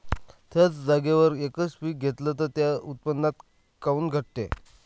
थ्याच जागेवर यकच पीक घेतलं त उत्पन्न काऊन घटते?